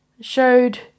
showed